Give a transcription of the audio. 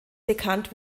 bekannt